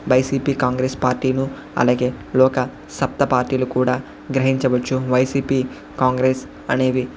YCP Congress party ను అలాగే లోక సప్త పార్టీలు కూడా గ్రహించవచ్చు వైసీపీ కాంగ్రెస్ అనేవి